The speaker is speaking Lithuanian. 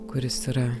kuris yra